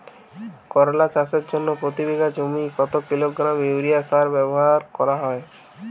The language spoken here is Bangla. করলা চাষের জন্য প্রতি বিঘা জমিতে কত কিলোগ্রাম ইউরিয়া সার ব্যবহার করা হয়?